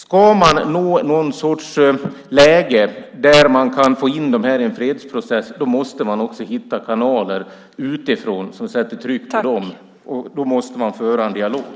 Ska man nå någon sorts läge där man kan få in dem i en fredsprocess måste man också hitta kanaler utifrån som sätter tryck på dem, och då måste man föra en dialog.